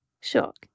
shock